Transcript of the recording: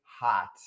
hot